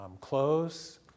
clothes